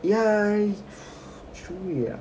ya true ya